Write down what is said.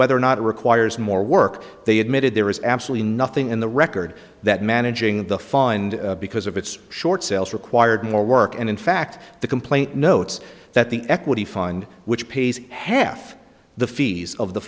whether or not it requires more work they admitted there is absolutely nothing in the record that managing the find because of its short sales required more work and in fact the complaint notes that the equity fund which pays half the fees of the